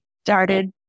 started